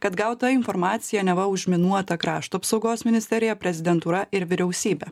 kad gauta informacija neva užminuota krašto apsaugos ministerija prezidentūra ir vyriausybė